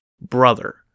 brother